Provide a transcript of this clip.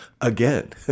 again